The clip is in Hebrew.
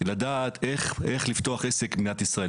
לדעת איך לפתוח עסק במדינת ישראל.